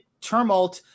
turmoil